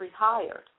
rehired